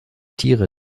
tiere